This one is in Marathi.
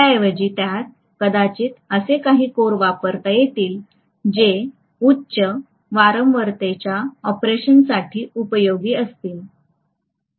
त्याऐवजी त्यात कदाचित असे काही कोर वापरता येतील जे उच्च वारंवारतेच्या ऑपरेशनसाठी उपयोगी असतील